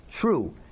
true